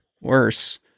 worse